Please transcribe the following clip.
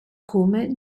come